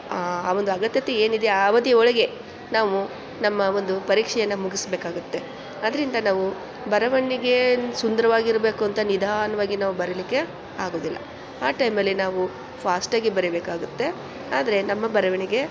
ಆ ಒಂದು ಅಗತ್ಯತೆ ಏನಿದೆ ಆ ಅವಧಿಯ ಒಳಗೆ ನಾವು ನಮ್ಮ ಒಂದು ಪರೀಕ್ಷೆಯನ್ನು ಮುಗಿಸ್ಬೇಕಾಗುತ್ತೆ ಅದರಿಂದ ನಾವು ಬರವಣಿಗೆ ಸುಂದರವಾಗಿರ್ಬೇಕು ಅಂತ ನಿಧಾನವಾಗಿ ನಾವು ಬರೀಲಿಕ್ಕೆ ಆಗೋದಿಲ್ಲ ಆ ಟೈಮಲ್ಲಿ ನಾವು ಫಾಸ್ಟಾಗೆ ಬರಿಬೇಕಾಗುತ್ತೆ ಆದರೆ ನಮ್ಮ ಬರವಣಿಗೆ